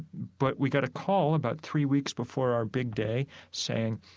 but we got a call about three weeks before our big day saying,